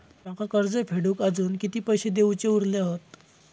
माका कर्ज फेडूक आजुन किती पैशे देऊचे उरले हत?